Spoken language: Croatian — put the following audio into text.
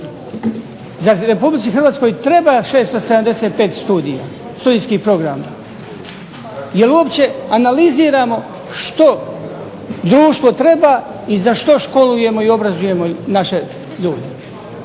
Zar Republici Hrvatskoj treba 675 studija, studijskih programa. Jel' uopće analiziramo što društvo treba i za što školujemo i obrazujemo naše ljude?